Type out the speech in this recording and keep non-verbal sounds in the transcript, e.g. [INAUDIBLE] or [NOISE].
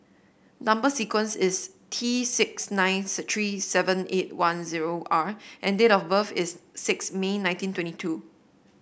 number sequence is T six nine [UNINTELLIGIBLE] three seven eight one zero R and date of birth is six May nineteen twenty two